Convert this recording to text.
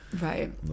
right